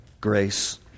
grace